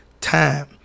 Time